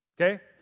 Okay